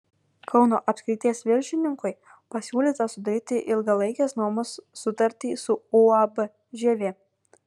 kauno apskrities viršininkui pasiūlyta sudaryti ilgalaikės nuomos sutartį su uab žievė